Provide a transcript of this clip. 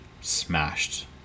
smashed